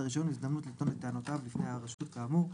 הרישיון הזדמנות לטעות את טענותיו לפני הרשות כאמור,